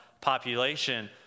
population